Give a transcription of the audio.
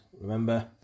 remember